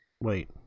Wait